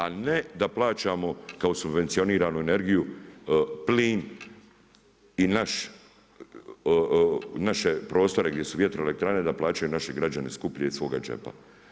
A ne da plaćamo kao subvencioniranu energiju plin i naše prostore gdje su vjetroelektrane da plaćaju naši građani skuplje iz svoga džepa.